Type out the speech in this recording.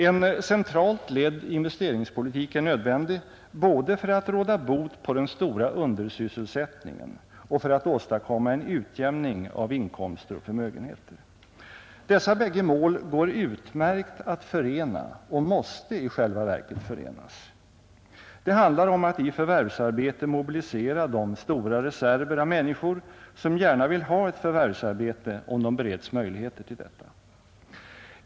En centralt ledd investeringspolitik är nödvändig både för att råda bot på den stora undersysselsättningen och för att åstadkomma en utjämning av inkomster och förmögenheter. Dessa bägge mål går utmärkt att förena och måste i själva verket förenas. Det handlar om att i förvärvsarbete mobilisera de stora reserver av människor som gärna vill ha ett förvärvsarbete om de bereds möjlighet till detta.